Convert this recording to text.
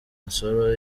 nsoro